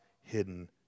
hidden